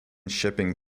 shipping